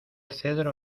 cedro